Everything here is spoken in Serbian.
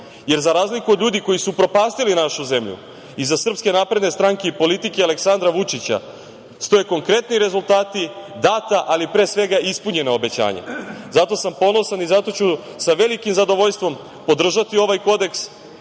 Za razliku od ljudi koji su upropastili našu zemlju, iza SNS i politike Aleksandra Vučića stoje konkretni rezultati, data, ali pre svega ispunjena obećanja. Zato sam ponosan i zato ću sa velikim zadovoljstvom podržati ovaj Kodeks,